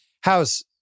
house